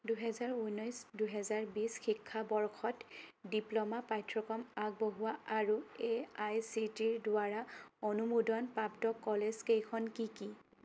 দুহেজাৰ ঊনৈছ দুহেজাৰ বিশ শিক্ষাবৰ্ষত ডিপ্ল'মা পাঠ্যক্ৰম আগবঢ়োৱা আৰু A I C T E ৰ দ্বাৰা অনুমোদন প্ৰাপ্ত কলেজকেইখন কি কি